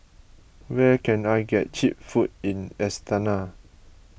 where can I get Cheap Food in Astana